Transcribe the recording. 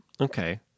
okay